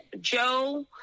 Joe